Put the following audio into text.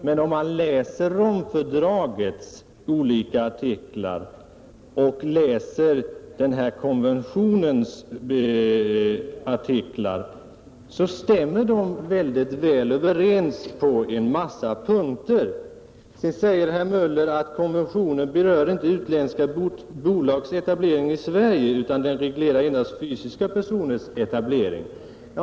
Men om man läser Romfördragets olika artiklar och denna konventions artiklar, finner man att de stämmer väl överens på en massa punkter. Vidare sade herr Möller att konventionen inte berör utländska bolags etablering i Sverige utan endast reglererar fysiska personers etablering.